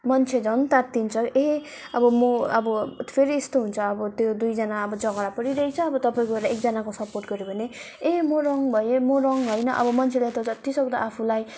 मान्छे झन् तातिन्छ ए अब म अब फेरि यस्तो हुन्छ अब त्यो दुईजना अब झगडा परिरएको छ अब तपाईँ गएर एकजनाको सपोर्ट गऱ्यो भने ए म रङ भए म रङ होइन अब मान्छेलाई त जति सक्दो आफूलाई